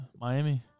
Miami